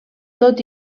tot